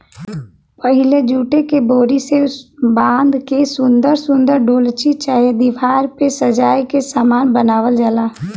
पहिले जूटे के डोरी से बाँध के सुन्दर सुन्दर डोलची चाहे दिवार पे सजाए के सामान बनावल जाला